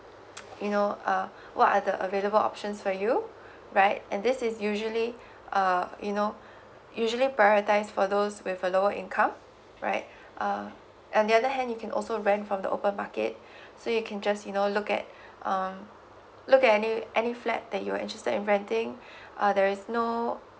you know uh what are the available options for you right and this is usually uh you know usually prioritise for those with a lower income right uh and the other hand you can also rent from the open market so you can just you know look at um look at any any flat that you're interested in renting uh there is no